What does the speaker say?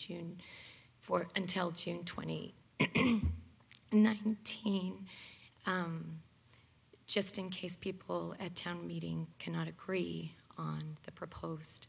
june fourth until june twenty nineteen just in case people at town meeting cannot agree on the proposed